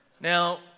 Now